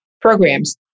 programs